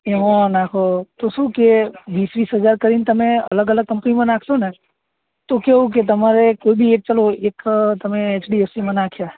એમાં નાખો તો શું કે વીસ વીસ હજાર કરીને તમે અલગ અલગ કંપનીમાં નાખશો ને તો કેવું કે તમારે કોઇ બી એક ચાલો એક તમે એચડીએફસીમાં નાખ્યા